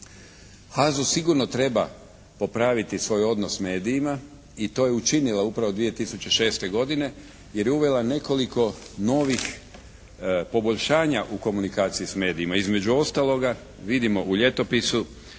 HAZU sigurno treba popraviti svoj odnos s medijima i to je učinila upravo 2006. godine, jer je uvela nekoliko novih poboljšanja u komunikaciji s medijima. Između ostaloga vidimo u ljetopisu